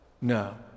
No